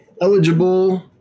eligible